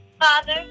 Father